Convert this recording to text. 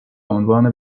عنوان